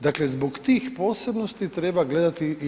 Dakle, zbog tih posebnosti treba gledati i RH.